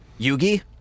Yugi